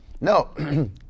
no